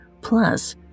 Plus